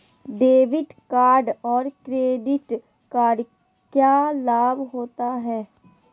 Debit card और credit card क्या लाभ होता है?